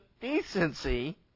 decency